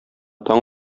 таң